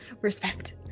respect